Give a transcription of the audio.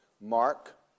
Mark